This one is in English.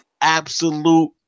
absolute